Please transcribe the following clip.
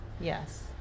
Yes